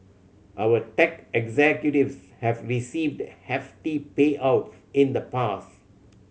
our tech executives have received hefty payouts in the past